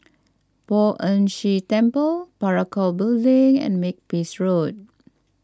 Poh Ern Shih Temple Parakou Building and Makepeace Road